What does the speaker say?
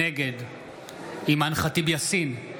נגד אימאן ח'טיב יאסין,